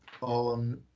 on